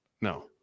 No